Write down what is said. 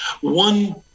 One